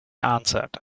answered